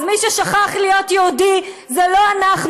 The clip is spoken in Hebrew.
אז מי ששכח להיות יהודי זה לא אנחנו,